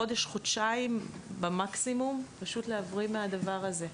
חודש-חודשיים במקסימום פשוט להבריא מהדבר הזה.